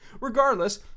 regardless